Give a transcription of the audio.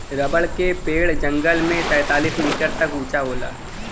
rubber क पेड़ जंगल में तैंतालीस मीटर तक उंचा होला